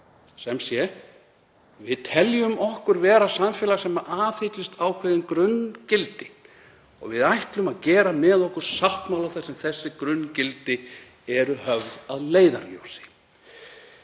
Sem sé: Við teljum okkur vera samfélag sem aðhyllist ákveðin grunngildi og við ætlum að gera með okkur sáttmála þar sem þau grunngildi eru höfð að leiðarljósi.